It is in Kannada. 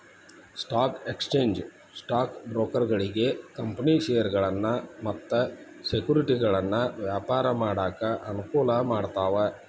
ಸ್ಟಾಕ್ ಎಕ್ಸ್ಚೇಂಜ್ ಸ್ಟಾಕ್ ಬ್ರೋಕರ್ಗಳಿಗಿ ಕಂಪನಿ ಷೇರಗಳನ್ನ ಮತ್ತ ಸೆಕ್ಯುರಿಟಿಗಳನ್ನ ವ್ಯಾಪಾರ ಮಾಡಾಕ ಅನುಕೂಲ ಮಾಡ್ತಾವ